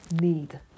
need